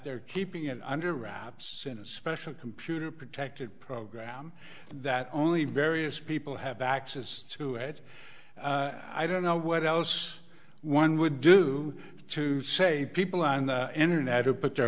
they're keeping it under wraps in a special computer protected program that only various people have access to it i don't know what else one would do to say people on the internet who put their